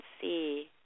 see